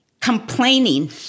complaining